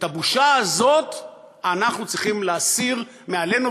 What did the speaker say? את הבושה הזאת אנחנו צריכים להסיר מעלינו,